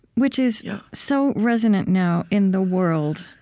which is so resonant now in the world,